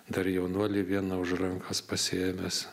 dar jaunuolį vieną už rankas pasiėmęs